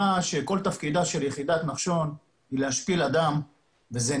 שכ-92% מהעצורים במהלך חודש ינואר,